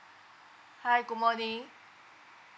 hi good morning